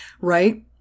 right